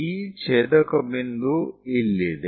ಈ ಛೇದಕ ಬಿಂದು ಇಲ್ಲಿದೆ